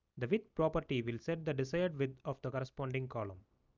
the width property will set the desired width of the corresponding column.